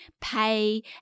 pay